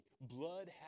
blood